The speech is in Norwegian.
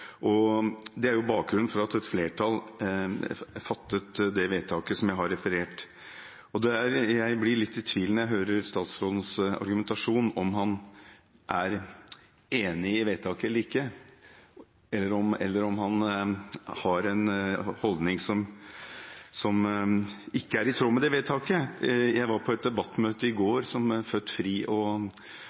Det er jo bakgrunnen for at et flertall fattet det vedtaket som jeg refererte. Når jeg hører statsrådens argumentasjon, blir jeg litt i tvil om han er enig i vedtaket, eller om han har en holdning som ikke er i tråd med det vedtaket. Jeg var på et debattmøte i går som Født Fri og